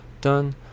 done